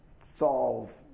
solve